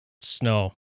snow